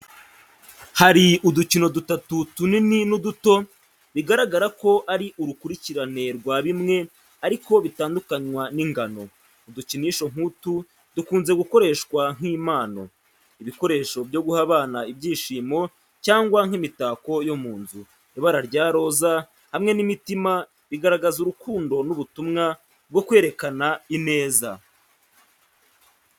Hari udukino dutatu tunini n’uduto, bigaragara ko ari urukurikirane rwa bimwe ariko bitandukanywa n’ingano. Udukinisho nk’utu dukunze gukoreshwa nk’impano, ibikoresho byo guha abana ibyishimo, cyangwa nk’imitako yo mu nzu. Ibara rya roza hamwe n’imitima bigaragaza urukundo n’ubutumwa bwo kwerekana ineza.